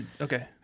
Okay